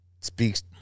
speaks